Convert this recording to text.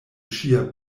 ŝia